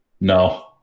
no